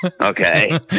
Okay